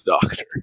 doctor